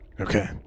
Okay